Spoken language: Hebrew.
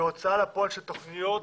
בהוצאה לפועל של תוכניות,